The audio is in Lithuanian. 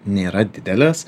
nėra didelės